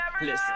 Listen